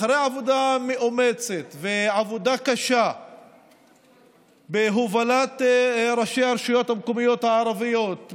אחרי עבודה מאומצת ועבודה קשה בהובלת ראשי הרשויות המקומיות הערביות,